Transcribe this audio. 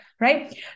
right